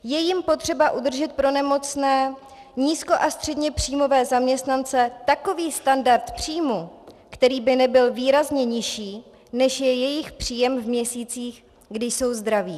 Je jím potřeba udržet pro nemocné nízko až středněpříjmové zaměstnance takový standard příjmu, který by nebyl výrazně nižší, než je jejich příjem v měsících, kdy jsou zdraví.